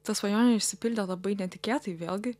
ta svajonė išsipildė labai netikėtai vėlgi